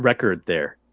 record there.